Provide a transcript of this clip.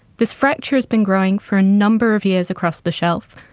this fracture has been growing for a number of years across the shelf,